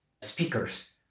speakers